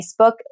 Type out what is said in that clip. Facebook